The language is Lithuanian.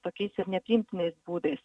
tokiais ir nepriimtinais būdais